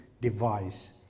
device